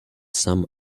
some